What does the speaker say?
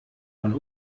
von